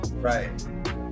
Right